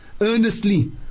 earnestly